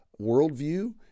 worldview